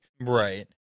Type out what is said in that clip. right